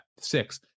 six